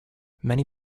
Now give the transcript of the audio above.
many